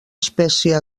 espècie